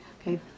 Okay